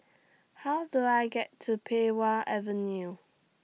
How Do I get to Pei Wah Avenue